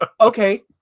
okay